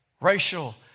racial